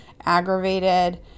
aggravated